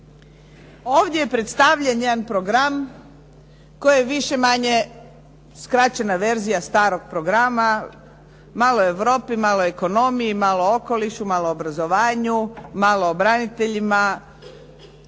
Ovdje je predstavljen jedan program koji je više-manje skraćena verzija starog programa. Malo Europi, malo ekonomiji, malo okolišu, malo obrazovanju, malo o braniteljima.